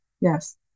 yes